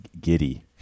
giddy